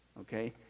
okay